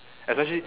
especially